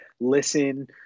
listen